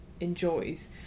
enjoys